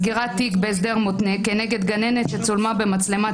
סגירת תיק בהסדר מותנה כנגד גננת שצולמה במצלמת